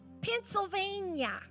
Pennsylvania